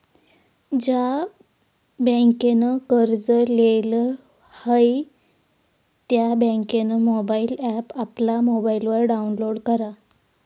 ज्या बँकनं कर्ज लेयेल व्हयी त्या बँकनं मोबाईल ॲप आपला मोबाईलवर डाऊनलोड करा